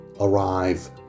arrive